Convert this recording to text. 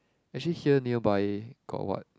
actually here nearby got what